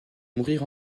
mourir